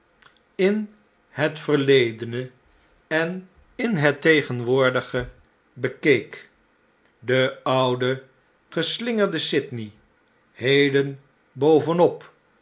in het verledene en in het tegenwoordige bekeek de oude geslingerde sydney heden bovenop